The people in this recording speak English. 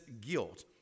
guilt